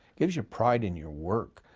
gives you pride in your work.